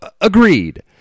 agreed